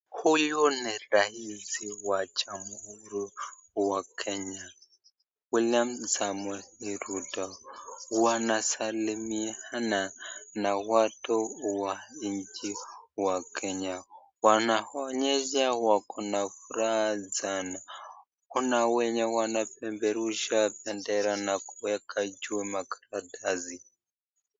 Huyu ni rais wa Jamhuri ya Kenya William Samoei Rutto, wanasalimiana na watu wa nchi wa Kenya, wanaonyesha wako na furaha sana, kuna wenye wanapeperusha bendera na kuweka chuma karatasi.